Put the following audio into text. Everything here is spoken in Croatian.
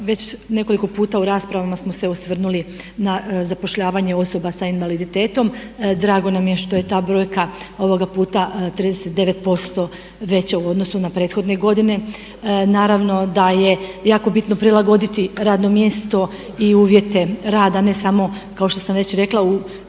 već nekoliko puta u raspravama smo se osvrnuli na zapošljavanje osoba s invaliditetom. Drago nam je što je ta brojka ovoga puta 39% veća u odnosu na prethodne godine. Naravno da je jako bitno prilagoditi radno mjesto i uvjete rada ne samo kao što sam već rekla u